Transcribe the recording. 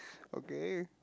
okay